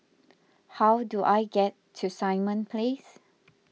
how do I get to Simon Place